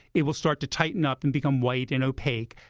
it will start to tighten up and become white and opaque.